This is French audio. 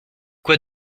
quoi